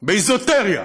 באזוטריה,